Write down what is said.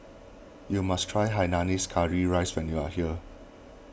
you must try Hainanese Curry Rice when you are here